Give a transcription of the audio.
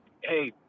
hey